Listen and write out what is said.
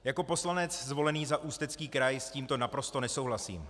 Jako poslanec zvolený za Ústecký kraj s tímto naprosto nesouhlasím.